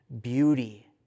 beauty